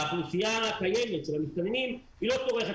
האוכלוסייה הקיימת של המסתננים לא צורכת